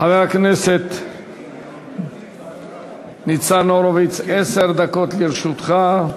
חבר הכנסת ניצן הורוביץ, עשר דקות לרשותך.